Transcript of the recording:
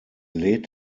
lädt